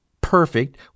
perfect